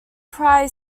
cry